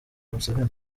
museveni